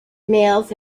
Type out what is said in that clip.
males